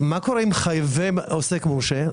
מה קורה עם חייבי עוסק מורשה?